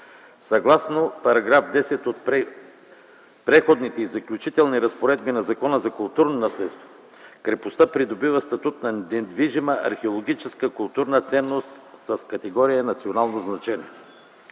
Съгласно § 10 от Преходните и заключителните разпоредби на Закона за културното наследство крепостта придобива статут на недвижима археологическа културна ценност с категория национално значение.